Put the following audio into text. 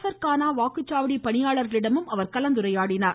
per கானா வாக்குச்சாவடி பணியாள்களிடமும் அவர் கலந்துரையாடினார்